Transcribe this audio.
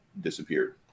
disappeared